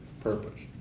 purpose